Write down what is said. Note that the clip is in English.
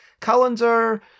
calendar